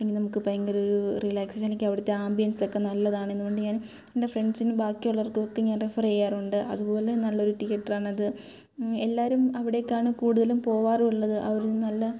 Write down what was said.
അല്ലെങ്കിൽ നമുക്ക് ഭയങ്കരൊരു റിലാക്സേഷൻ എനിക്ക് അവിടുത്തെ ആമ്പിയൻസ് ഒക്കെ നല്ലതാണ് അത്കൊണ്ട് ഞാൻ എൻ്റെ ഫ്രണ്ട്സിനും ബാക്കിയുള്ളവർക്കും ഒക്കെ ഞാൻ റെഫർ ചെയ്യാറുണ്ട് അത്പോലെ നല്ലൊരു തീയറ്ററാണത് എല്ലാരും അവിടെയ്ക്കാണ് കൂടുതലും പോകാറുള്ളത് അവർ നല്ല